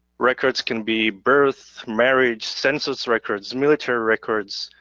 records can be birth, marriage, census records, military records,